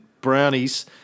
brownies